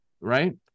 Right